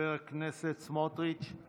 חבר הכנסת סמוטריץ';